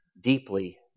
deeply